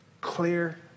clear